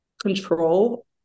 Control